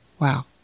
Wow